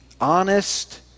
honest—